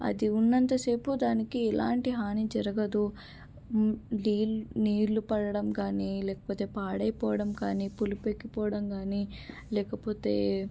అది ఉన్నంతసేపు దానికి ఎలాంటి హాని జరగదు నీళ్ళు నీళ్ళు పడడం కానీ లేకపోతే పాడైపోవడం కానీ పులుపు ఎక్కిపోవడం కానీ లేకపోతే